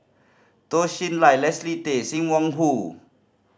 Toh Chin Chye Leslie Tay Sim Wong Hoo